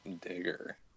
Digger